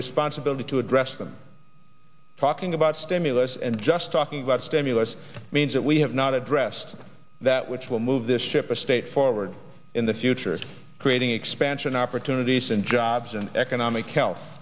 responsibility to address them talking about stimulus and just talking about stimulus means that we have not addressed that which will move this ship of state forward in the future creating expansion opportunities and jobs and economic health